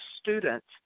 students